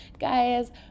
Guys